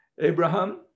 Abraham